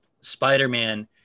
Spider-Man